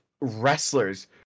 wrestlers